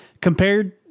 compared